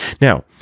Now